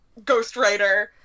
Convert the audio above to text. ghostwriter